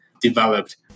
developed